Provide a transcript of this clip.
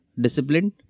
disciplined